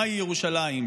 מהי ירושלים,